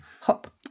hop